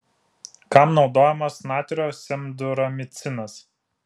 kam naudojamas natrio semduramicinas